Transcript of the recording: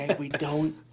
and we don't,